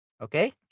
Okay